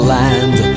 land